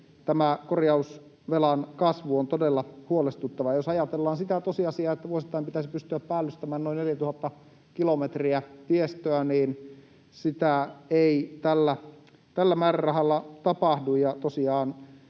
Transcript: tämä korjausvelan kasvu on todella huolestuttavaa. Jos ajatellaan sitä tosiasiaa, että vuosittain pitäisi pystyä päällystämään noin 4 000 kilometriä tiestöä, niin se ei tällä määrärahalla tapahdu.